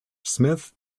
smith